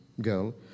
girl